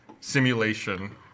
simulation